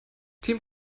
team